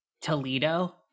Toledo